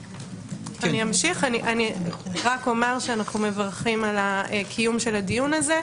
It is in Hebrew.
רק אומר שאנחנו מברכים על הקיום של הדיון הזה.